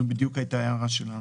""נושא משרה"